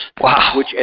Wow